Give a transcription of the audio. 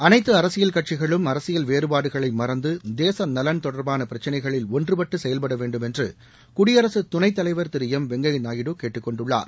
அனைத்து அரசியல் கட்சிகளும் அரசியல் வேறபாடுகளை மறந்து தேச நலன் தொடர்பான பிரச்சினைகளில் ஒன்றுபட்டு செயல்பட வேண்டும் என்று குடியரசுத் துணைத்தலைவா் திரு எம் வெங்கையா நாயுடு கேட்டுக்கொண்டுள்ளார்